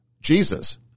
Jesus